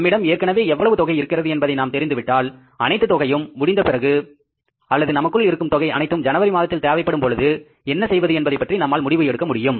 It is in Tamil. நம்மிடம் ஏற்கனவே எவ்வளவு தொகை இருக்கிறது என்பதை நாம் தெரிந்து விட்டால் அனைத்து தொகையும் முடித்தபிறகு அல்லது நமக்குள் இருக்கும் தொகை அனைத்தும் ஜனவரி மாதத்தில் தேவைப்படும் பொழுது என்ன செய்வது என்பதை பற்றி நம்மால் முடிவு எடுக்க முடியும்